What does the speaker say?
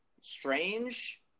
strange